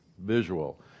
visual